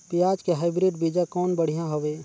पियाज के हाईब्रिड बीजा कौन बढ़िया हवय?